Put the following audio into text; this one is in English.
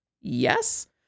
yes